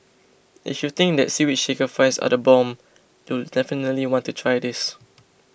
if you think that Seaweed Shaker Fries are the bomb you'll definitely want to try this